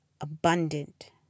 abundant